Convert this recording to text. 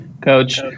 Coach